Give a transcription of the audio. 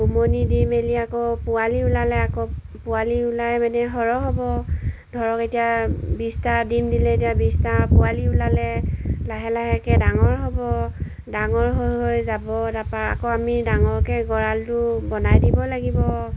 উমনি দি মেলি আকৌ পোৱালি ওলালে আকৌ পোৱালি ওলাই মানে সৰহ হ'ব ধৰক এতিয়া বিছটা দিম দিলে এতিয়া বিছটা পোৱালি ওলালে লাহে লাহেকৈ ডাঙৰ হ'ব ডাঙৰ হৈ হৈ যাব তাৰপা আকৌ আমি ডাঙৰকৈ গঁৰালটো বনাই দিব লাগিব